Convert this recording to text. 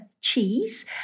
cheese